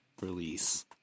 release